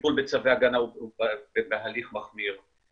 הטיפול בצווי הגנה הוא בהליך מחמיר.